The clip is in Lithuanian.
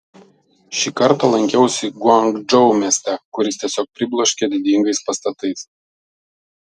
šį kartą lankiausi guangdžou mieste kuris tiesiog pribloškė didingais pastatais